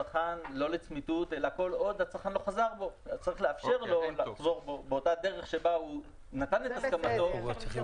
תשאיר לצרכן את האפשרות לקבוע את זה.